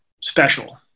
special